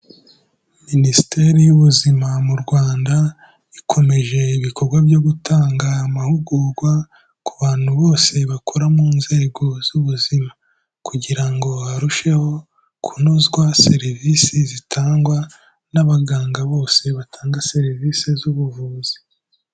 Minisiteri y'Ubuzima mu Rwanda, ikomeje ibikorwa byo gutanga amahugurwa ku bantu bose bakora mu nzego z'ubuzima kugira ngo harusheho kunozwa serivisi zitangwa n'abaganga bose batanga serivisi z'ubuvuzi.